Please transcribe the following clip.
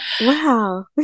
Wow